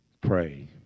Pray